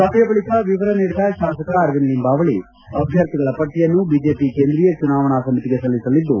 ಸಭೆಯ ಬಳಿಕ ವಿವರ ನೀಡಿದ ಶಾಸಕ ಅರವಿಂದ್ ಲಿಂಬಾವಳಿ ಅಭ್ಯರ್ಥಿಗಳ ಪಟ್ಟಯನ್ನು ಬಿಜೆಪಿ ಕೇಂದ್ರೀಯ ಚುನಾವಣೆ ಸಮಿತಿಗೆ ಸಲ್ಲಿಸಲಿದ್ದು